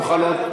נוכל עוד,